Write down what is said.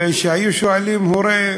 כשהיו שואלים הורה,